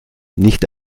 nicht